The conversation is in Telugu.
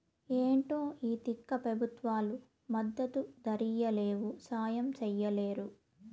ఏంటో ఈ తిక్క పెబుత్వాలు మద్దతు ధరియ్యలేవు, సాయం చెయ్యలేరు